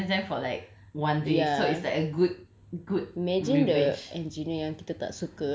it will just inconvenience them for like one day so it's like a good good